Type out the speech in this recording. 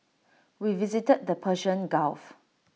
we visited the Persian gulf